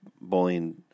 bowling